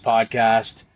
Podcast